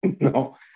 No